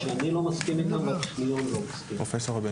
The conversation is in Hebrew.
שאני לא מסכים איתן והטכניון לא מסכים איתן.